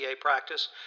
practice